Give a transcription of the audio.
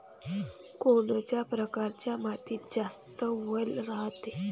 कोनच्या परकारच्या मातीत जास्त वल रायते?